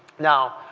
now,